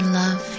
love